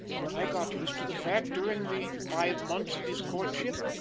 but i got used to the fact during the five months of his courtship.